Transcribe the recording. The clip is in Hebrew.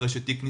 אחרי שתיק נסגר,